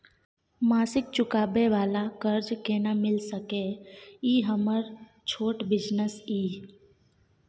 मासिक चुकाबै वाला कर्ज केना मिल सकै इ हमर छोट बिजनेस इ?